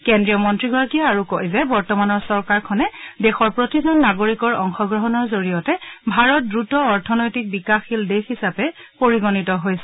কেন্দ্ৰীয় মন্ত্ৰীগৰাকীয়ে আৰু কয় যে বৰ্তমানৰ চৰকাৰখনে দেশৰ প্ৰতিজন নাগৰিকৰ অংশগ্ৰহণৰ জৰিয়তে ভাৰত দ্ৰুত অৰ্থনৈতিক বিকাশশীল দেশ হিচাপে পৰিগণিত হৈছে